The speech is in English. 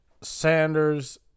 Sanders